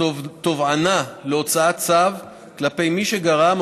תובענה להוצאת צו כלפי מי שגרם,